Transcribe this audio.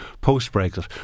post-Brexit